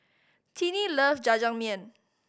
Tinnie loves Jajangmyeon